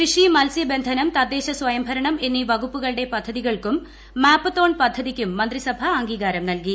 കൃഷി മത്സ്യബന്ധനം തദ്ദേശസ്വയംഭരണം എന്നീ വകുപ്പുകളുടെ പദ്ധതികൾക്കും മാപ്പത്തോൺ പദ്ധതിക്കും മന്ത്രിസഭ അംഗീകാരം നൽകി